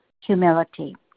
humility